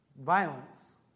violence